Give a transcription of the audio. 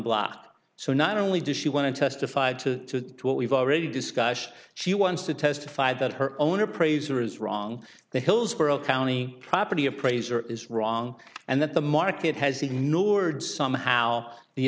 block so not only does she want to testify to what we've already discussed she wants to testify that her own appraiser is wrong the hillsborough county property appraiser is wrong and that the market has ignored somehow the